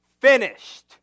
finished